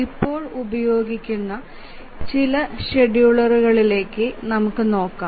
ഇപ്പോൾ ഉപയോഗിക്കുന്ന ചില ഷെഡ്യൂളറുകളിലേക്ക് നമുക്ക് നോകാം